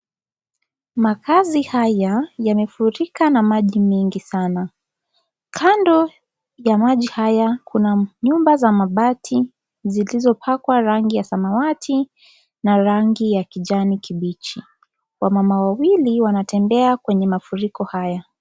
Makazi haya yamefurika na maji mengi sana . Kando ya maji haya kuna nyumba za mabati zilizopakwa rangi ya samawati na rangi ya kijani kibichi . Wamama wawili wanatembea kwenye mafuriko haya .